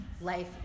life